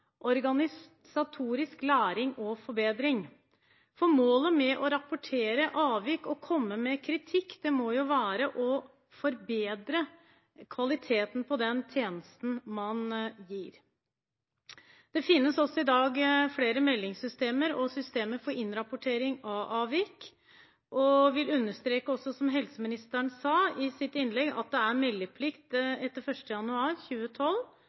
organisatorisk læring og forbedring. For målet med å rapportere avvik og komme med kritikk må jo være å forbedre kvaliteten på den tjenesten man gir. Det finnes også i dag flere meldingssystemer og systemer for innrapportering av avvik. Jeg vil understreke, som også helseministeren sa i sitt innlegg, at det etter 1. januar 2012 er meldeplikt,